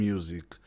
Music